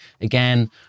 again